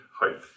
hope